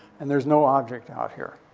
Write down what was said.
and there's no object out here,